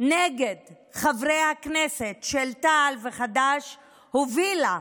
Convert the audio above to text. הזו נגד חברי הכנסת של תע"ל וחד"ש הובילה,